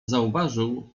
zauważył